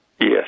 Yes